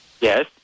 Yes